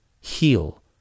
Heal